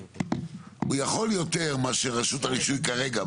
הוא יכול יותר מאשר רשות הרישוי כרגע,